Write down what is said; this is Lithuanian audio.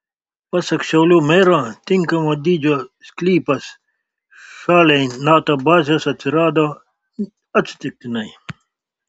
pasak šiaulių mero tinkamo dydžio sklypas šaliai nato bazės atsirado atsitiktinai